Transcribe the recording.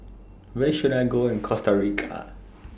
Where should I Go in Costa Rica